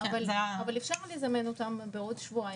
אבל אפשר לזמן אותם בעוד שבועיים.